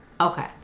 Okay